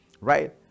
Right